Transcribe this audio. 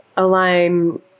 align